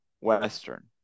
Western